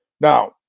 now